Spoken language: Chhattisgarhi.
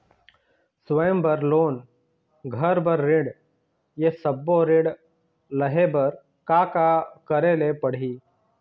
स्वयं बर लोन, घर बर ऋण, ये सब्बो ऋण लहे बर का का करे ले पड़ही?